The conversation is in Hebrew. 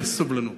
אפס סובלנות.